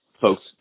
folks